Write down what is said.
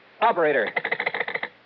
operator